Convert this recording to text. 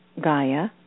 Gaia